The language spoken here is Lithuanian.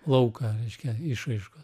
lauką reiškia išraiškos